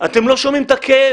אתם לא שומעים את הכאב.